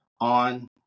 on